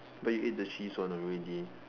but you ate the cheese one already